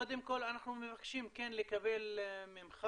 קודם כל אנחנו מבקשים כן לקבל ממך